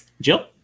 Jill